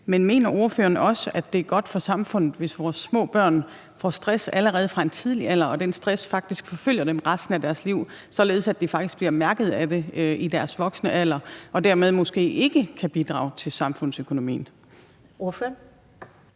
Men mener ordføreren også, at det er godt for samfundet, hvis vores små børn får stress allerede fra en tidlig alder, og at den stress faktisk forfølger dem resten af deres liv, således at de faktisk bliver mærket af det i voksenalderen og dermed måske ikke kan bidrage til samfundsøkonomien?